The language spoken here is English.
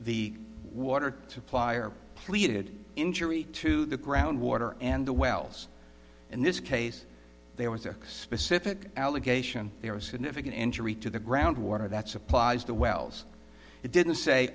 the water supplier pleaded injury to the groundwater and the wells in this case there was a specific allegation there was significant injury to the groundwater that supplies the wells it didn't say